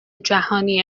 جهانی